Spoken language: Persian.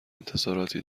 انتظاراتی